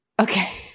Okay